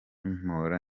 mpora